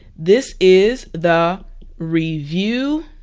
this is the review